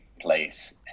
place